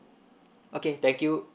okay thank you